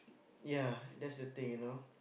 ya that's the thing you know